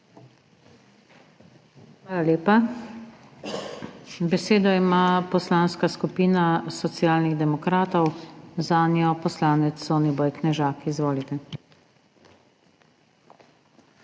Hvala lepa. Besedo ima Poslanska skupina Socialnih demokratov, zanjo poslanec Soniboj Knežak. Izvolite. SONIBOJ